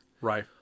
Right